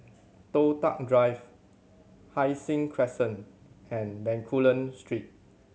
Toh Tuck Drive Hai Sing Crescent and Bencoolen Street